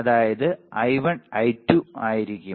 അതായത് I1 I2 ആയിരിക്കും